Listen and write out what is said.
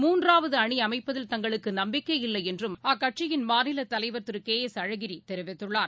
மூன்றாவது அணி அமைப்பதில் தங்களுக்கு நம்பிக்கையில்லை என்று அக்கட்சியின் தலைவர் திரு கே எஸ் அழகிரி தெரிவித்துள்ளார்